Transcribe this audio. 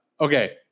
okay